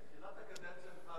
בתחילת הקדנציה שלך,